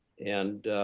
and